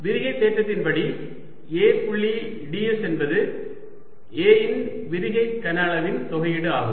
விரிகை தேற்றத்தின் படி A புள்ளி ds என்பது A இன் விரிகை கன அளவின் தொகையீடு ஆகும்